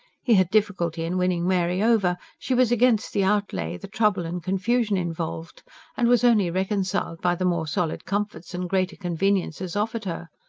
he had difficulty in winning mary over she was against the outlay, the trouble and confusion involved and was only reconciled by the more solid comforts and greater conveniences offered her.